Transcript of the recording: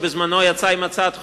שבזמנו יצא עם הצעת חוק,